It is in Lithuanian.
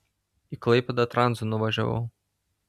į klaipėdą tranzu nuvažiavau